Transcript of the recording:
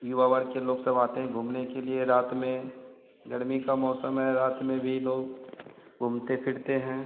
युवा वर्ग के लोग सब आते हैं घूमने के लिए रात में गर्मी का मौसम है रात में भी लोग घूमते फिरते हैं